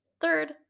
third